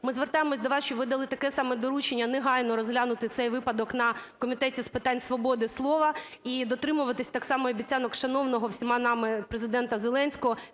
Ми звертаємось до вас, щоб ви дали таке саме доручення негайно розглянути цей випадок на Комітеті з питань свободи слова і дотримуватись так само обіцянок шановного всіма нами Президента Зеленського,